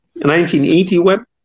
1981